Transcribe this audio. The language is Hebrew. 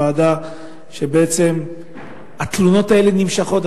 בעצם התלונות האלה נמשכות,